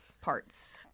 parts